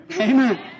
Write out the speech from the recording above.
Amen